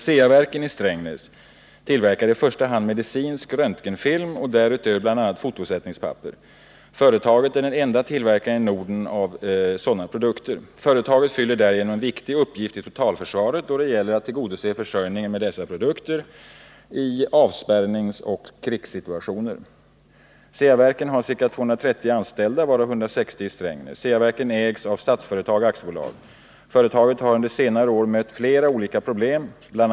Ceaverken i Strängnäs tillverkar i första hand medicinsk röntgenfilm och därutöver bl.a. fotosättningspapper. Företaget är den ende tillverkaren i Norden av sådana produkter. Företaget fyller därigenom en viktig uppgift i totalförsvaret då det gäller att tillgodose försörjningen med dessa produkter i avspärrningsoch krigssituationer. Ceaverken har ca 230 anställda, varav 160 i Strängnäs. Ceaverken ägs av Statsföretag AB. Företaget har under senare år mött flera olika problem. Bl.